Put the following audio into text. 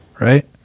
right